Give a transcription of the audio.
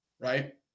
right